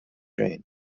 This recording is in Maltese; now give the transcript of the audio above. xejn